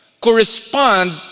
correspond